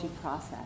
process